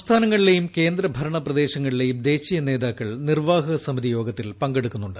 സംസ്ഥാനങ്ങളിലെയും കേന്ദ്രഭരണ പ്രദേശങ്ങളിലെയും ദേശീയ നേതാക്കൾ നിർവ്വഹകസമിതി യോഗത്തിൽ പങ്കെടുക്കുന്നുണ്ട്